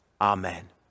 amen